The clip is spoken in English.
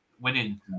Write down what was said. winning